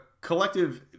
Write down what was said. collective